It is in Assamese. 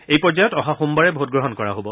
এই পৰ্যায়ত অহা সোমবাৰে ভোটগ্ৰহণ কৰা হ'ব